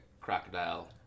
crocodile